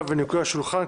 וניקוי השולחן,